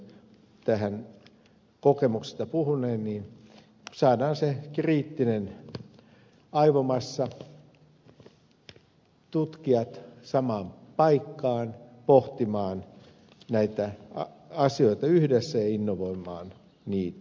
pulliaisen kokemuksesta puhuneen että saadaan se kriittinen aivomassa tutkijat samaan paikkaan pohtimaan näitä asioita yhdessä ja innovoimaan niitä